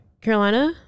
carolina